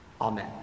amen